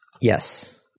Yes